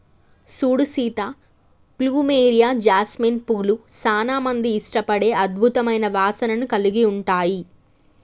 సూడు Sita plumeria, jasmine పూలు సానా మంది ఇష్టపడే అద్భుతమైన వాసనను కలిగి ఉంటాయి